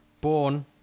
born